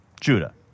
Judah